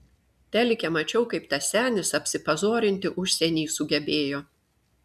telike mačiau kaip tas senis apsipazorinti užsieny sugebėjo